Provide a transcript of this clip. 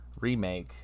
remake